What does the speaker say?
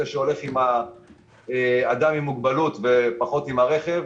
זה שהולך עם אדם עם מוגבלות בפחות עם הרכב,